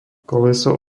koleso